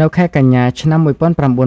នៅខែកញ្ញា ឆ្នាំ១៩៧៥ គណៈកម្មា